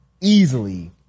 easily